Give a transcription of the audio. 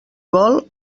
vol